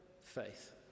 faith